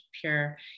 pure